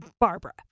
Barbara